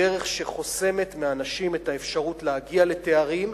בדרך שחוסמת לאנשים את האפשרות להגיע לתארים,